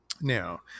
now